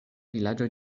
vilaĝoj